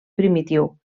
primitiu